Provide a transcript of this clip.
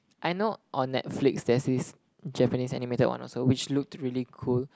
I know on Netflix there's this Japanese animated one also which looked really cool